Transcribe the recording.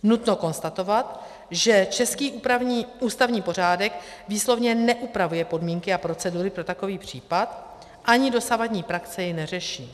Nutno konstatovat, že český ústavní pořádek výslovně neupravuje podmínky a procedury pro takový případ, ani dosavadní praxe jej neřeší.